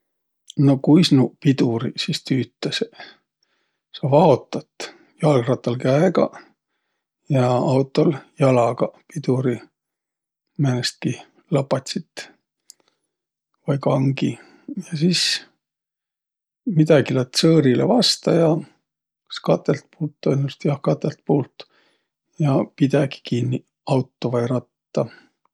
No kuis nuuq piduriq sis tüütäseq? Sa vaotat, jalgrattal käegaq ja autol jalagaq piduri määnestki lapatsit vai kangi. Ja sis midägi lätt tsõõrilõ vasta ja. Kas katõlt puult, tõõnäolidsõlt jah, katõlt puult. Ja pidägi kinniq auto vai ratta.